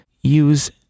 use